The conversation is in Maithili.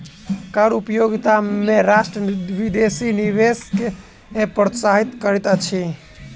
कर प्रतियोगिता में राष्ट्र विदेशी निवेश के प्रोत्साहित करैत अछि